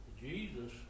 Jesus